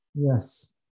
Yes